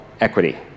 equity